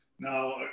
Now